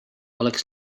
oleks